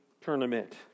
tournament